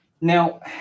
Now